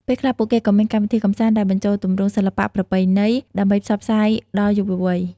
ពេលខ្លះ ពួកគេក៏មានកម្មវិធីកម្សាន្តដែលបញ្ចូលទម្រង់សិល្បៈប្រពៃណីដើម្បីផ្សព្វផ្សាយដល់យុវវ័យ។